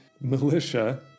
militia